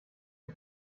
der